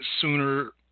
sooner